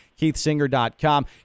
keithsinger.com